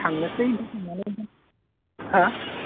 थांनोसै बिदिनो हो